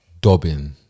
Dobbin